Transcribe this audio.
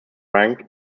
rank